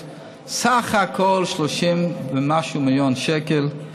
הוא סך הכול 30 ומשהו מיליון שקל,